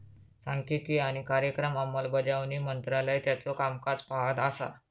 सांख्यिकी आणि कार्यक्रम अंमलबजावणी मंत्रालय त्याचो कामकाज पाहत असा